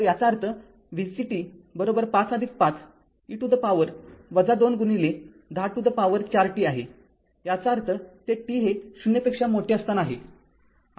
तर याचा अर्थ vc t ५५ e to the power २ गुणिले १० to the power ४t आहे याचा अर्थ ते t हे ० पेक्षा मोठे असताना आहे